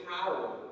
power